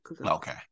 okay